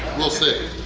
we'll see!